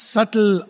Subtle